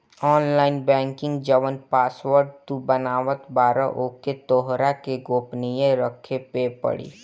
online banking जवन password तू बनावत बारअ ओके तोहरा के गोपनीय रखे पे पड़ी